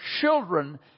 children